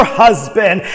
husband